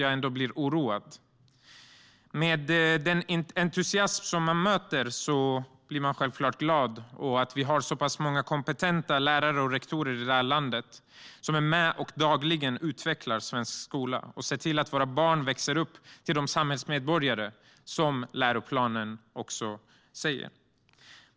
Jag blir självfallet glad över den entusiasm vi möter och över att vi har så pass många kompetenta lärare och rektorer i landet som är med och dagligen utvecklar svensk skola och ser till att våra barn växer upp till de samhällsmedborgare de ska bli enligt läroplanen.